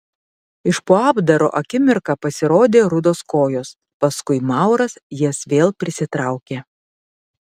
iš po apdaro akimirką pasirodė rudos kojos paskui mauras jas vėl prisitraukė